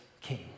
king